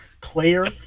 player